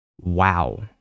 Wow